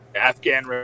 Afghan